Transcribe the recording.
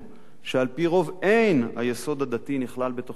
שעל-פי רוב אין היסוד הדתי נכלל בתוכניותיהן.